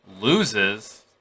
loses